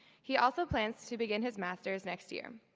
he also plans to begin his master's next year.